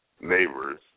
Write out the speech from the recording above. neighbors